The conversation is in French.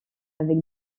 avec